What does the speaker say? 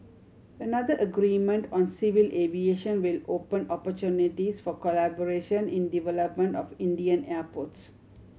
another agreement on civil aviation will open opportunities for collaboration in development of Indian airports